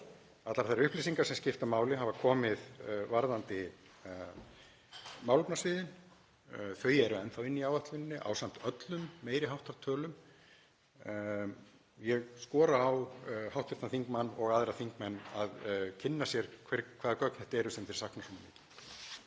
Allar þær upplýsingar sem skipta máli hafa komið varðandi málefnasviðin. Þau eru enn þá inni í áætluninni ásamt öllum meiri háttar tölum. Ég skora á hv. þingmann og aðra þingmenn að kynna sér hvaða gögn þetta eru sem þeir sakna svona.